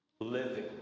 living